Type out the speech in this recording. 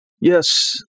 Yes